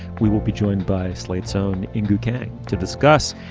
we will be joined by slate's own gang to discuss.